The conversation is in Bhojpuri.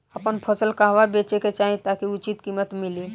आपन फसल कहवा बेंचे के चाहीं ताकि उचित कीमत मिली?